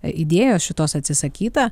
idėja šitos atsisakyta